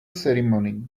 ceremony